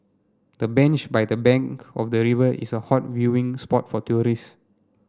the bench by the bank of the river is a hot viewing spot for tourists